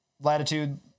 latitude